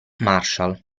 marshall